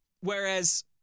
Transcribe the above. Whereas